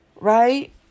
right